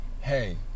hey